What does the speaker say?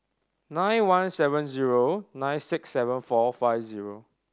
nine one seven zero nine six seven four five zero